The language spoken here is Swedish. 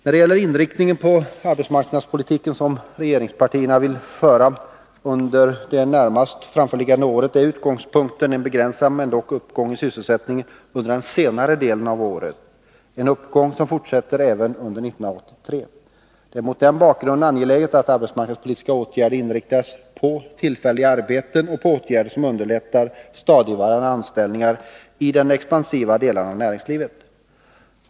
När det gäller inriktningen av den arbetsmarknadspolitik som regeringspartierna vill föra under det närmast framförliggande året är utgångspunkten en begränsad men märkbar uppgång i sysselsättningen under den senare delen av året, en uppgång som fortsätter även under 1983. Det är mot den bakgrunden angeläget att de arbetsmarknadspolitiska insatserna inriktas på tillfälliga arbeten och på åtgärder som underlättar stadigvarande anställningar i de expansiva delarna av näringslivet.